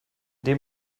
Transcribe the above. dem